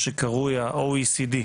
מה שקרוי ה- OECD,